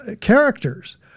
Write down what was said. characters